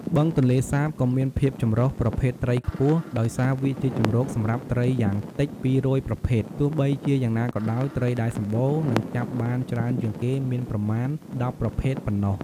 បឹងទន្លេសាបក៏មានភាពចម្រុះប្រភេទត្រីខ្ពស់ ដោយសារវាជាជម្រកសម្រាប់ត្រីយ៉ាងតិច ២០០ ប្រភេទ ទោះបីជាយ៉ាងណាក៏ដោយ ត្រីដែលសម្បូរ និងចាប់បានច្រើនជាងគេមានប្រមាណ ១០ ប្រភេទប៉ុណ្ណោះ។